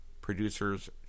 producers